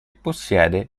possiede